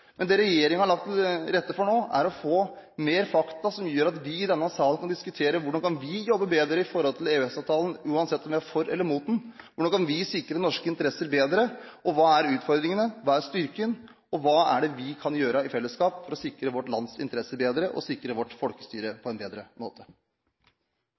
Men det regjeringen har lagt til rette for nå, er å få mer fakta, som gjør at vi i denne salen kan diskutere hvordan vi kan jobbe bedre i forhold til EØS-avtalen, uansett om vi er for eller imot den. Hvordan kan vi sikre norske interesser bedre, hva er utfordringene, hva er styrken, og hva er det vi kan gjøre i fellesskap for å sikre vårt lands interesser bedre og sikre vårt folkestyre